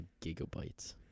gigabytes